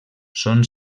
són